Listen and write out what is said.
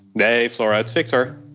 hey flora, it's victor